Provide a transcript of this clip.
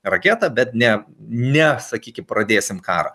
raketą bet ne ne sakykim pradėsim karą